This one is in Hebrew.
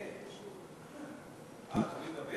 תורי לדבר?